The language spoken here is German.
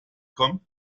kommt